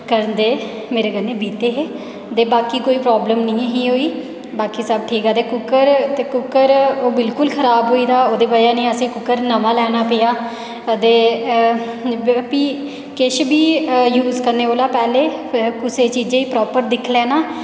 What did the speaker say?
करदे मेरे कन्नै बीते हे ते बाकी कोई प्राब्लम नेईं ही होई बाकी सब ठीक ऐ ते कुक्कर कुक्कर ओह् बिल्कुल खराब होई गेदा हा ओह्दी बजह कन्नै असेंगी कुक्कर नमां लैना पेआ ते फ्ही किश बी यूज करने कोला पैहलैं कुसा चीजा गी प्रॉपर दिक्खी लैना